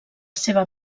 seva